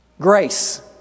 grace